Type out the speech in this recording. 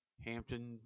Hampton